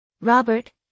Robert